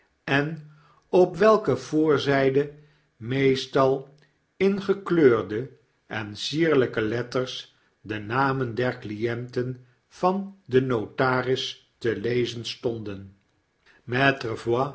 en op welker voorzyde meestal in gekleurde ensierlyke letters de namen der clienten van den notaris te lezen stonden